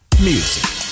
music